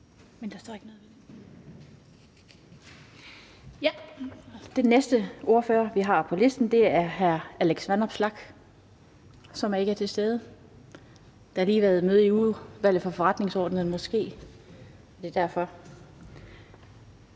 hr. Lars Boje Mathiesen. Den næste ordfører, vi har på listen, er hr. Alex Vanopslagh, som ikke er til stede. Der har lige været møde i Udvalget for Forretningsordenen, og måske er det derfor.